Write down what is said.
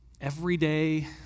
everyday